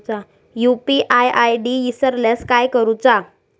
UPI ID इसरल्यास काय करुचा?